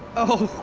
oh,